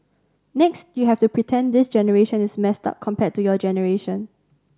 next you have to pretend this generation is messed up compared to your generation